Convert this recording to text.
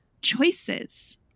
choices